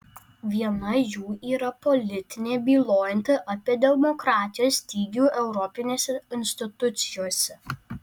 viena jų yra politinė bylojanti apie demokratijos stygių europinėse institucijose